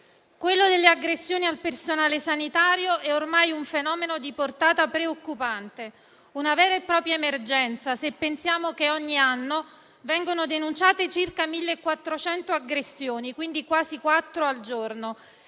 Quello delle aggressioni al personale sanitario è ormai un fenomeno di portata preoccupante, una vera e propria emergenza se pensiamo che ogni anno vengono denunciate circa 1.400 aggressioni: quasi quattro al giorno.